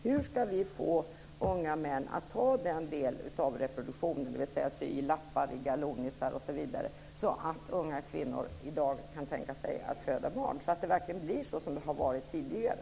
Hur ska vi få unga män att ta sin del av reproduktionen, dvs. sy i lappar i galonisar osv., så att unga kvinnor i dag kan tänka sig att föda barn, så att det verkligen blir som det har varit tidigare.